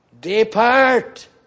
Depart